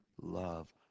love